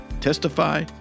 testify